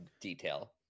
detail